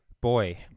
boy